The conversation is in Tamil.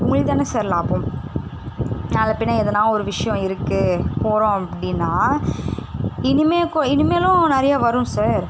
உங்களுக்கு தானே சார் லாபம் நாளை பின்னே எதனால் ஒரு விஷயம் இருக்குது போகிறோம் அப்படின்னா இனிமேல் கூ இனிமேலும் நிறையா வரும் சார்